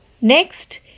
Next